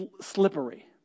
slippery